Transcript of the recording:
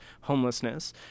homelessness